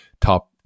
top